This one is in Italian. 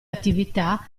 attività